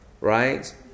right